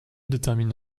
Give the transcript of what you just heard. détermine